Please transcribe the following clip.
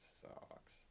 sucks